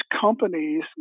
companies